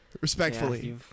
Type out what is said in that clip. Respectfully